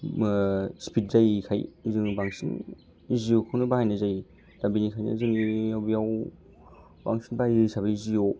speed जायैखाय जों बांसिन जिय'खौनो बाहायनाय जायो दा बिनिखायनो जोंनियाव बेयाव बांसिन बाहायो हिसाबै जिय'